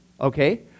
Okay